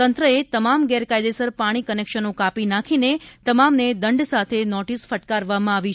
તંત્રએ તમામ ગેરકાયેદસર પાણી કનેક્શનો કાપી નાખીને તમામને દંડ સાથે નોટીસ ફટકારવામાં આવી છે